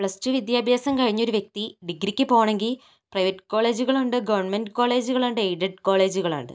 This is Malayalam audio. പ്ലസ് ടു വിദ്യാഭ്യാസം കഴിഞ്ഞൊരു വ്യക്തി ഡിഗ്രിക്ക് പോകണമെങ്കിൽ പ്രൈവറ്റ് കോളേജുകൾ ഉണ്ട് ഗവൺമെൻറ് കോളേജുകൾ ഉണ്ട് എയ്ഡഡ് കോളേജുകൾ ഉണ്ട്